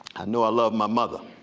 know i love my mother.